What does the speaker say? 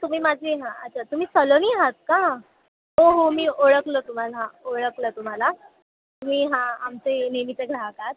तुम्ही माझी हां अच्छा तुम्ही सलोनी आहात का ओहो मी ओळखलं तुम्हाला ओळखलं तुम्हाला तुम्ही हां आमचे नेहमीचे ग्राहक आहात